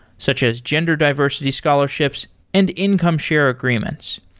such as gender diversity scholarships and income share agreements.